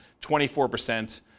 24%